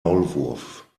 maulwurf